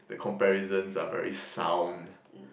the comparisons are very sound